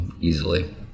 Easily